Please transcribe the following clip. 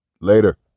later